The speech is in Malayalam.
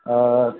ആ